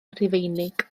rufeinig